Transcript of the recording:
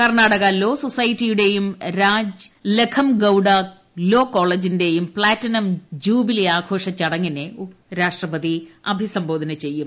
Karnataka law സൊജസ്റ്റിയുടെയും Raj Lakhamgouda law കോളേജിന്റെയും platinum jubilee ആഘോഷ ചടങ്ങിനെ രാഷ്ട്രപതി അഭിസംബോധന ചെയ്യും